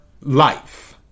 life